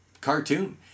cartoon